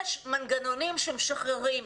יש מנגנונים שמשחררים.